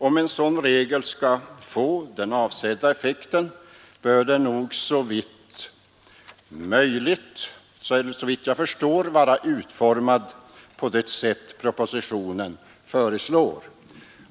Om en sådan regel skall få den avsedda effekten, bör den nog — såvitt jag förstår — vara utformad på det sätt propositionen föreslår.